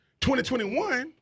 2021